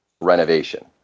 renovation